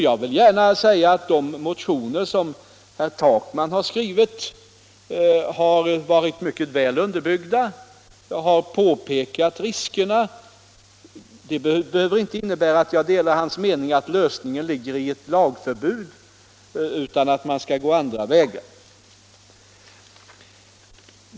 Jag vill gärna säga att de motioner som herr Takman skrivit har varit mycket väl underbyggda. Han har påpekat risken. Det behöver inte innebära att jag delar herr Takmans mening att lösningen ligger i ett lagstadgat förbud, utan jag tror att man skall gå andra vägar.